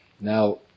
Now